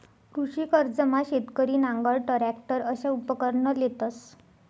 कृषी कर्जमा शेतकरी नांगर, टरॅकटर अशा उपकरणं लेतंस